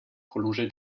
prolongée